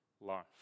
life